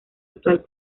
actual